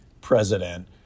president